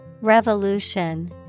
Revolution